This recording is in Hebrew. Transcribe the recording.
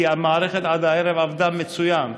כי המערכת עד הערב עבדה מצוין,